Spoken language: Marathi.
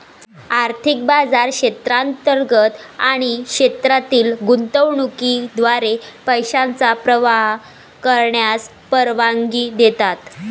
आर्थिक बाजार क्षेत्रांतर्गत आणि क्षेत्रातील गुंतवणुकीद्वारे पैशांचा प्रवाह करण्यास परवानगी देतात